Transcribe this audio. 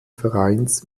vereins